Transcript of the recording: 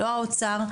לא האוצר,